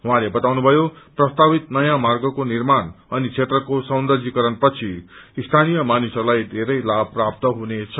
उहाँले बताउनुभयो प्रस्तावित नयाँ मार्गको निर्माण अनि क्षेत्रको सौन्दर्यीकरणपछि स्थानीय मानिसहरूलाई धेरै लाभ प्राप्त हुनेछ